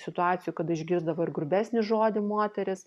situacijų kada išgirsdavo ir grubesnį žodį moteris